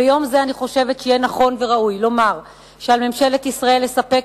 ביום זה אני חושבת שיהיה נכון וראוי לומר שעל ממשלת ישראל לספק